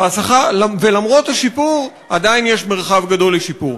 והשכר, למרות השיפור, עדיין יש מרחב גדול לשיפור.